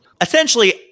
Essentially